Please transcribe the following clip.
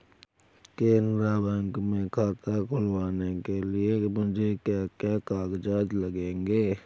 Canara bank में खाता खुलवाने के लिए मुझे क्या क्या कागजात लगेंगे?